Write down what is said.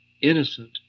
innocent